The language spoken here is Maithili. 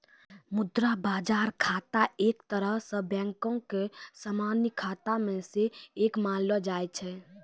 मुद्रा बजार खाता एक तरहो से बैंको के समान्य खाता मे से एक मानलो जाय छै